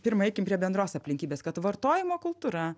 pirma eikim prie bendros aplinkybės kad vartojimo kultūra